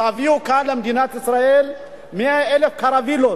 תביאו כאן למדינת ישראל 100,000 קרווילות,